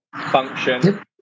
function